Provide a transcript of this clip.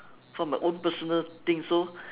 for my own personal thing so